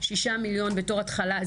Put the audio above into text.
שישה מיליון בתור התחלה.